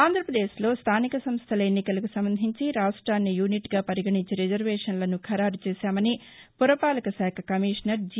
ఆంధ్రప్రదేశ్లో స్టానిక సంస్టల ఎన్నికలకు సంబంధించి రాష్ట్రాన్ని యూనిట్గా పరిగణించి రిజర్వేషన్షను ఖరారు చేశామని పురపాలక శాఖ కమీషనర్ జి